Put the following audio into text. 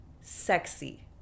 sexy